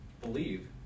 believe